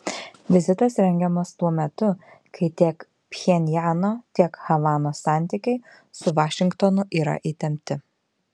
vizitas rengiamas tuo metu kai tiek pchenjano tiek havanos santykiai su vašingtonu yra įtempti